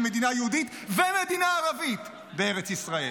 מדינה יהודית ומדינה ערבית בארץ ישראל,